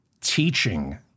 teaching